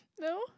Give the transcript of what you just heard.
No